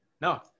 No